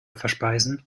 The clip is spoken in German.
verspeisen